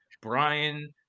Brian